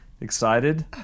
Excited